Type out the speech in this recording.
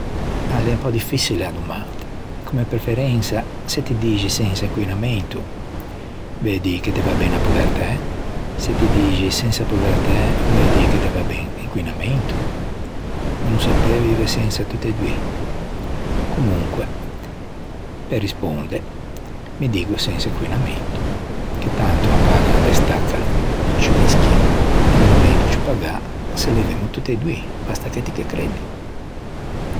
A l'é un pö diffiçile a domanda. Comme preferensa se ti dixi sensa inquinamento veu dî che te va ben a povertæ? Se ti dixi sensa povertæ veu dî che te va ben l'inquinamento? Ma no se peu vive sensa tutti doî? Comunque, pe risponde, mi diggo sensa inquinamento che tanto â pagan de stacca i ciù meschin che no dovendo ciù pagâ se levemmo tutti doî, basta che ti ghe creddi.